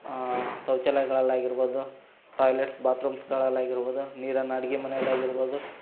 ಶೌಚಾಲಯಗಳಲ್ಲಿ ಆಗಿರ್ಬೋದು ಟಾಯ್ಲೆಟ್ಸ್ ಬಾತ್ರೂಮ್ಸ್ಗಳಲ್ಲಿ ಆಗಿರ್ಬೋದು ನೀರನ್ನು ಅಡ್ಗೆ ಮನೇಲಿ ಆಗಿರ್ಬೋದು